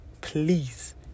Please